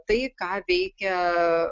tai ką veikia